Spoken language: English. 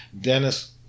Dennis